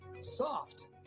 soft